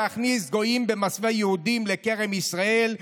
להכניס גויים במסווה יהודים לכרם ישראל,